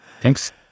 Thanks